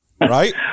Right